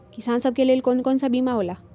किसान सब के लेल कौन कौन सा बीमा होला?